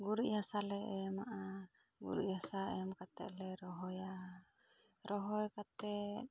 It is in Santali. ᱜᱩᱨᱤᱡᱽ ᱦᱟᱥᱟᱞᱮ ᱮᱢᱟᱜᱼᱟ ᱜᱩᱨᱤᱡᱽ ᱦᱟᱥᱟ ᱮᱢ ᱠᱟᱛᱮᱫᱞᱮ ᱨᱚᱦᱚᱭᱟ ᱨᱚᱦᱚᱭ ᱠᱟᱛᱮᱜ